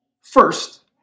first